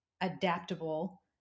adaptable